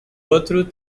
outro